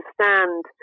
understand